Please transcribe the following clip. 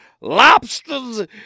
lobsters